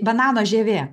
banano žievė